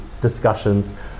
discussions